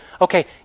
Okay